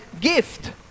gift